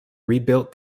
rebuilt